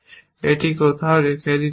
এটিকে কোথাও রেখে দিতে হবে